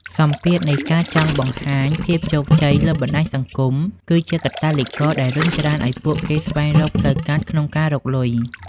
សម្ពាធនៃការចង់បង្ហាញភាពជោគជ័យលើបណ្តាញសង្គម គឺជាកាតាលីករដែលរុញច្រានឱ្យពួកគេស្វែងរកផ្លូវកាត់ក្នុងការរកលុយ។